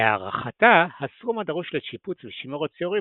להערכתה הסכום הדרוש לשיפוץ ושימור הציורים